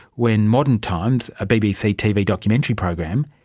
when modern times, a bbc tv documentary program,